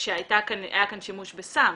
שהיה שימוש בסם.